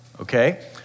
okay